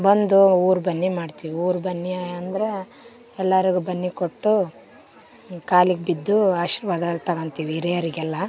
ಬಂದು ಊರ ಬನ್ನಿ ಮಾಡ್ತೀವಿ ಊರ ಬನ್ನಿ ಅಂದ್ರೆ ಎಲ್ಲಾರಿಗು ಬನ್ನಿ ಕೊಟ್ಟು ಕಾಲಿಗೆ ಬಿದ್ದು ಆಶೀರ್ವಾದ ತಗೋಂತೀವಿ ಹಿರಿಯರಿಗೆಲ್ಲ